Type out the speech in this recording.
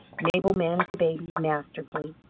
mabel managed the babies masterfully.